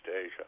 Asia